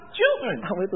children